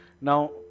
now